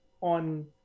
on